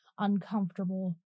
uncomfortable